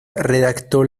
redactó